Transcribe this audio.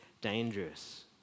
dangerous